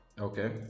Okay